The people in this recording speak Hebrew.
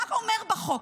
מה אומר החוק?